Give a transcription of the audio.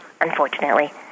unfortunately